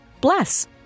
Bless